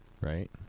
Right